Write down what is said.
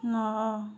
ନଅ